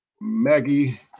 Maggie